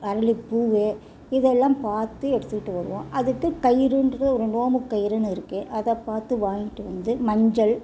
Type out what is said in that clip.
அரளி பூவு இது எல்லாம் பார்த்து எடுத்துக்கிட்டு வருவோம் அதுக்கு கயிறுன்ற ஒரு நோன்புக் கயிறுன்னு இருக்குது அதை பார்த்து வாங்கிட்டு வந்து மஞ்சள்